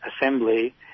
Assembly